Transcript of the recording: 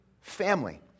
family